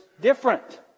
different